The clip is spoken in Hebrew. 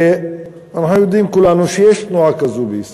ואנחנו יודעים כולנו שיש תנועה כזאת בישראל,